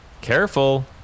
careful